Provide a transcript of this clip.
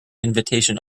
invitation